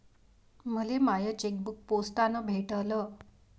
मले माय चेकबुक पोस्टानं भेटल